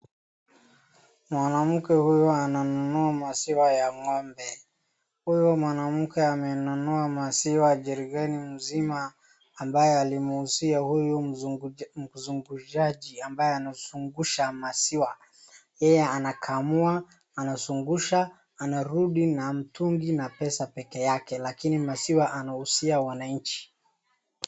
Mwanamke huyu ananunua maziwa ya ng'ombe. Huyu mwanamke amenunua maziwa jerikani mzima ambaye alimuuzia huyu mzungushaji ambaye anazungusha maziwa. Yeye anakamua, anazungusha anarudi na mtungi na pesa peke yake lakini maziwa anauzia wananchi.